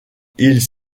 ils